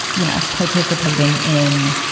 you know participating in